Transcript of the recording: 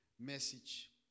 message